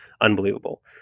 Unbelievable